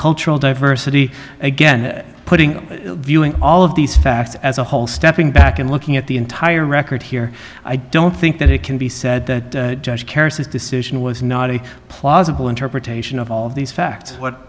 cultural diversity again putting viewing all of these facts as a whole stepping back and looking at the entire record here i don't think that it can be said that judge keris is decision was not a plausible interpretation of all of these facts what